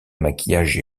maquillage